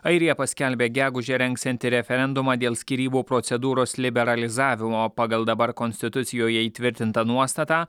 airija paskelbė gegužę rengsianti referendumą dėl skyrybų procedūros liberalizavimo pagal dabar konstitucijoje įtvirtintą nuostatą